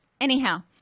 Anyhow